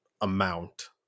Amount